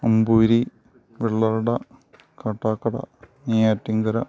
Amboori Vellayada Kattakada Neyyattinkara